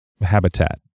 habitat